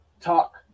talk